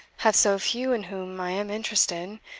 have so few in whom i am interested,